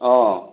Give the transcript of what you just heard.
অঁ